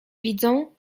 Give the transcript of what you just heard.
widzą